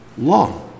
long